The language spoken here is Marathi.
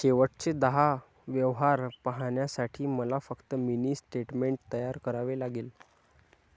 शेवटचे दहा व्यवहार पाहण्यासाठी मला फक्त मिनी स्टेटमेंट तयार करावे लागेल